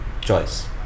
choice